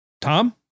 Tom